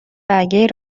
برگهای